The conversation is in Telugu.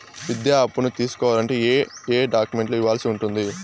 విద్యా అప్పును తీసుకోవాలంటే ఏ ఏ డాక్యుమెంట్లు ఇవ్వాల్సి ఉంటుంది